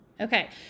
Okay